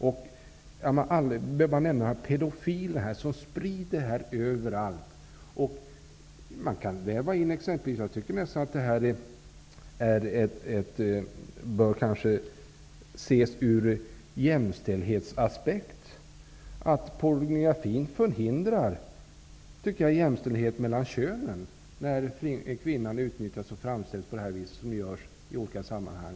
Jag kan bara nämna pedofiler som sprider det här överallt. Detta bör nästan ses ur jämställdhetsaspekt. Pornografin förhindrar jämställdheten mellan könen, när kvinnan utnyttjas och framställs på det här viset i olika sammanhang.